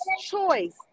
choice